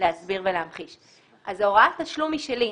להסביר ולהמחיש, אז הוראת התשלום היא שלי.